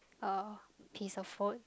uh piece of food